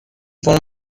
فرم